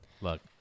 Look